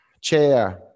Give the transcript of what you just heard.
chair